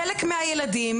חלק מהילדים,